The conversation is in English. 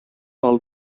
all